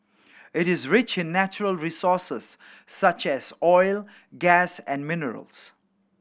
it is rich in natural resources such as oil gas and minerals